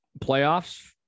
Playoffs